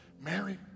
Mary